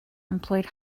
employed